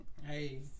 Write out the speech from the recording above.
Hey